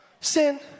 sin